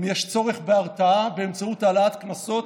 אם יש צורך בהרתעה באמצעות העלאת קנסות,